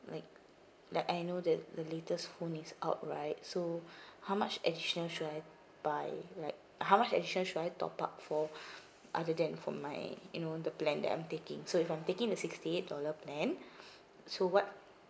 like like I know the the latest phone is out right so how much additional should I buy like how much additional should I top up for other than for my you know the plan that I'm taking so if I'm taking the sixty eight dollar plan so what